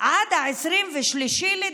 עד 23 בדצמבר.